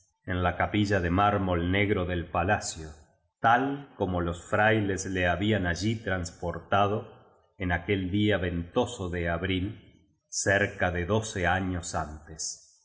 en la capilla de mármol negro del palacio tal como los frailes le habían allí transportado en aquel día ventoso de abril cerca de doce años antes